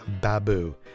Babu